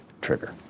trigger